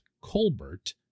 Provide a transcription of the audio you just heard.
Colbert